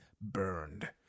burned